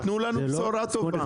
תנו לנו בשורה טובה.